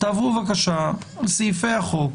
תעברו בבקשה על סעיפי החוק,